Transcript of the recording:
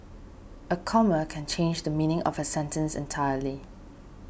a comma can change the meaning of a sentence entirely